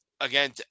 Again